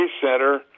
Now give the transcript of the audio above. Center